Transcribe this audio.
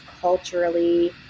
culturally